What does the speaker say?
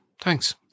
thanks